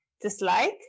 dislike